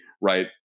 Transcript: right